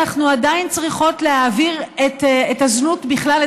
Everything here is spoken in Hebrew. אנחנו עדיין צריכות להעביר את הזנות בכלל,